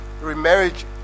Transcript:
remarriage